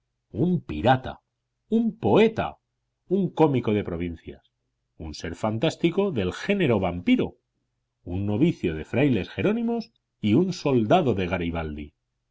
un pirata un poeta un cómico de provincias un ser fantástico del género vampiro un novicio de frailes jerónimos y un soldado de garibaldi